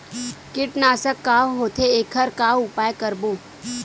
कीटनाशक का होथे एखर का उपयोग करबो?